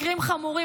מקרים חמורים.